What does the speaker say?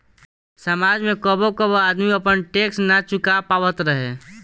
समाज में कबो कबो आदमी आपन टैक्स ना चूका पावत रहे